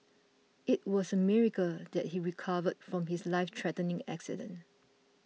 it was a miracle that he recovered from his life threatening accident